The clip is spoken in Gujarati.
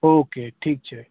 ઓકે ઠીક છે